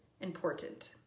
important